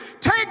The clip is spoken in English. take